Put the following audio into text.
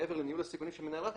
מעבר לניהול הסיכונים של מנהל רת"א,